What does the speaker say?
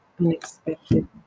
unexpected